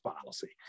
policy